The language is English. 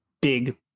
big